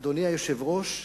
אדוני היושב-ראש,